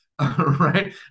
right